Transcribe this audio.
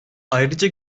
ayrıca